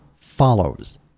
Follows